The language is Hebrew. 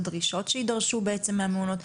הדרישות שידרשו בעצם מהמעונות.